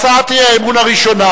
הצעת האי-אמון הראשונה,